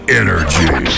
energy